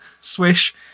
Swish